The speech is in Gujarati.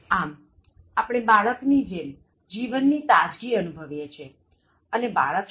આમઆપણે બાળક ની જેમ જીવનની તાજગી અનુભવીએ છીએ અને બાળક શું કરે છે